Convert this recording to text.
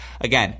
again